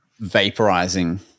vaporizing